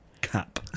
Cap